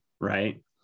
right